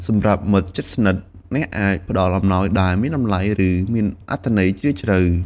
សម្រាប់មិត្តជិតស្និទ្ធ អ្នកអាចផ្តល់អំណោយដែលមានតម្លៃ ឬមានអត្ថន័យជ្រាលជ្រៅ។